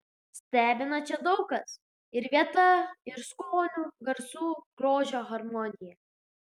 stebina čia daug kas ir vieta ir skonių garsų grožio harmonija